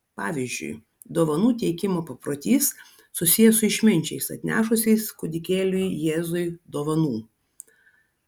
pavyzdžiui dovanų teikimo paprotys susijęs su išminčiais atnešusiais kūdikėliui jėzui dovanų